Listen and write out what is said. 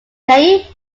kaye